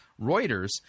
Reuters